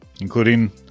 including